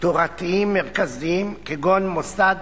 תורתיים מרכזיים, כגון מוסד